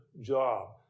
job